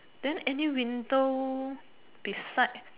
then any window beside